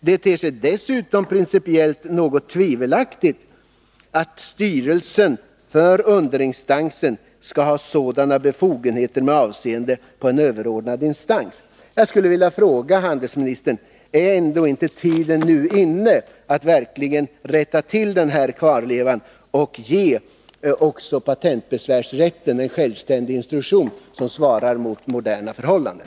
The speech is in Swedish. Det ter sig dessutom principiellt något tvivelaktigt att styrelsen för underinstansen skall ha sådana befogenheter med avseende på en överordnad instans.” Jag skulle vilja fråga handelsministern: Är ändå inte tiden nu inne för att rätta till den här föråldrade kvarlevan och ge också patentbesvärsrätten en självständig instruktion, som svarar mot moderna förhållanden?